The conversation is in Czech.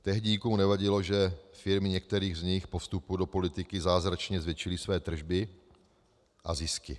Tehdy nikomu nevadilo, že firmy některých z nich po vstupu do politiky zázračně zvětšily své tržby a zisky.